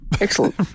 Excellent